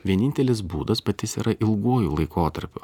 vienintelis būdas bet jis yra ilguoju laikotarpiu